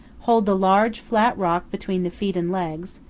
hold the large flat rock between the feet and legs,